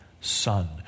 Son